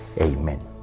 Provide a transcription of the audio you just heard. Amen